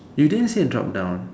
you didn't say drop down